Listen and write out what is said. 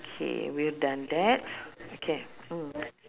K we have done that okay mm